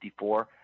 54